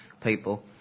people